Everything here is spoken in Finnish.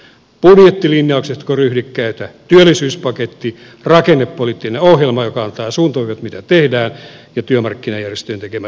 budjettilinjaukset jotka olivat ryhdikkäitä työllisyyspaketti rakennepoliittinen ohjelma joka antaa suuntaviivat mitä tehdään ja työmarkkinajärjestöjen tekemä sopimus